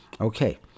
Okay